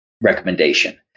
recommendation